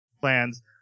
plans